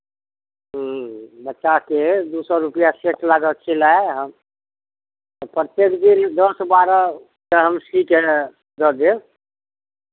ह्म्म बच्चाके दू सए रुपैआ सेट लागत सिलाइ हम प्रत्येक दिन दस बारहके हम सी कऽ दऽ देब